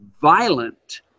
violent